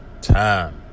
time